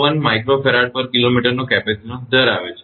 01 𝜇Fkm નો કેપેસિટીન્સ ધરાવે છે